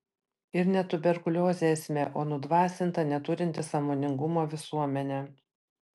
ir ne tuberkuliozė esmė o nudvasinta neturinti sąmoningumo visuomenė